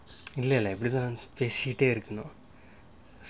இல்ல இல்ல இப்படிதான் பேசிட்டே இருக்கனும்:illa illa ippadithaan pesittae irukkanum